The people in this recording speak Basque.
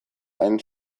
hain